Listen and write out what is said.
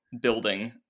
building